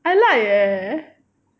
I like leh